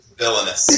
villainous